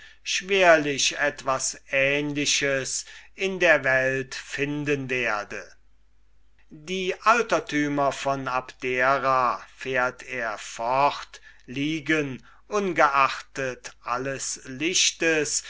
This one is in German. schwerlich ein ähnliches beispiel in der welt finden werde die altertümer von abdera fährt er fort liegen ungeachtet alles lichtes